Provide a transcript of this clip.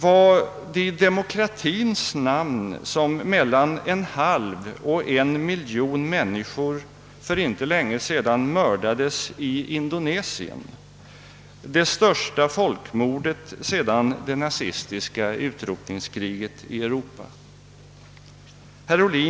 Var det i demokratiens namn som mellan en halv och en miljon människor för inte så länge sedan mördades i Indonesien, det största folkmordet sedan det nazistiska utrotningskriget i Europa?